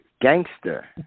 gangster